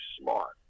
smart